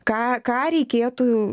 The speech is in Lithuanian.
ką ką reikėtų